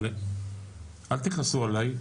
אל תכעסו עלי,